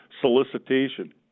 solicitation